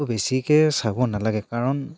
বেছিকৈ চাব নালাগে কাৰণ